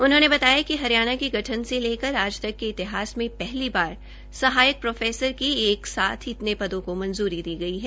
उन्होंने बताया कि हरियाणा के गठन से लेकर आज तक के इतिहास में पहली बार सहायक प्रोफेसर के एक साथ इतने पदों को मंजूरी दी गई है